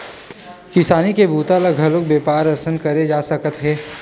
किसानी के बूता ल घलोक बेपार असन करे जा सकत हे